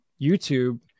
YouTube